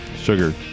sugar